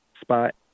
spot